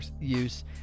use